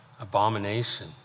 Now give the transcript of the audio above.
abomination